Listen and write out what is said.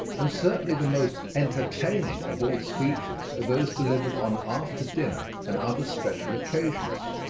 and certainly the most entertaining, of all speeches are those delivered on after-dinner and other special occasions.